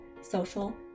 social